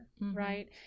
Right